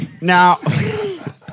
Now